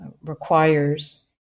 requires